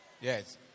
Yes